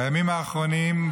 בימים האחרונים,